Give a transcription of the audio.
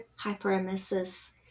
hyperemesis